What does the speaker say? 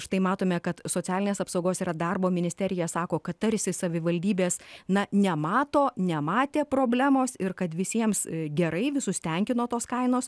štai matome kad socialinės apsaugos ir darbo ministerija sako kad tarsi savivaldybės na nemato nematė problemos ir kad visiems gerai visus tenkino tos kainos